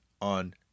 on